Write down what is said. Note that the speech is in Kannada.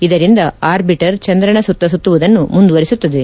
ಇದರಿಂದ ಆರ್ಬಿಟರ್ ಚಂದ್ರನ ಸುತ್ತ ಸುತ್ತುವುದನ್ನು ಮುಂದುವರಿಸುತ್ತದೆ